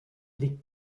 les